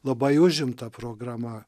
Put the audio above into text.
labai užimta programa